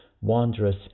wondrous